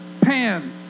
Pan